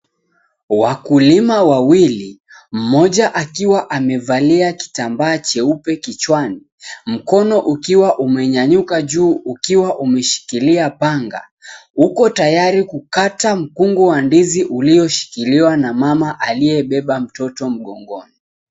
Wakulima wawii, mmoja akiwa amevalia kitambaa cheupe kichwani, mkono ukiwa umenyanyuka juu, ukiwa umeshikilia panga, uko tayari kukata mkungu wa ndizi ulioshikiliwa na mama aliyebeba mtoto mgongoni.